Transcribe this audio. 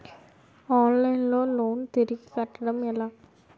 Online లో loan తిరిగి కట్టడం ఎలా?